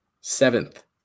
seventh